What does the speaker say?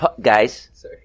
guys